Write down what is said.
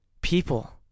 people